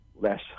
less